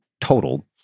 total